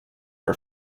are